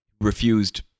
refused